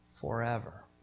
Forever